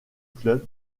club